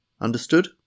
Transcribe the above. understood